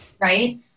Right